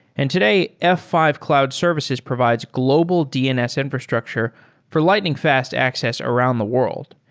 and today, f five cloud services provides global dns infrastructure for lightning fast access around the world.